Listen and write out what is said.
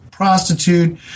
Prostitute